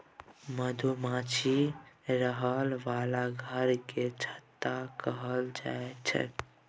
मधुमाछीक रहय बला घर केँ छत्ता कहल जाई छै